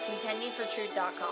contendingfortruth.com